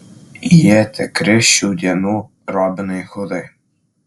jie tikri šių dienų robinai hudai